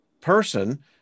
person